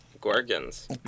Gorgons